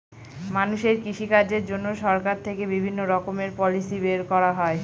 মানুষের কৃষিকাজের জন্য সরকার থেকে বিভিণ্ণ রকমের পলিসি বের করা হয়